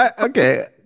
okay